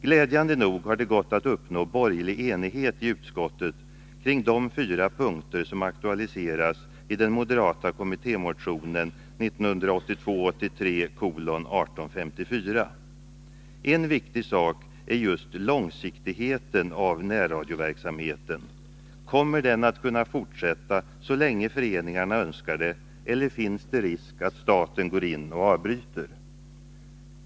Glädjande nog har det gått att uppnå borgerlig enighet i utskottet kring de fyra punkter som aktualiseras i den moderata kommittémotionen 1982/ 83:1854. En viktig sak är just långsiktigheten av närradioverksamheten. Kommer den att kunna fortsätta så länge föreningarna önskar det, eller finns det risk att staten går in och avbryter?